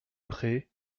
prés